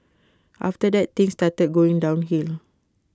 after that things started going downhill